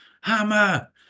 hammer